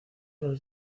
los